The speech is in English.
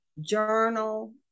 journal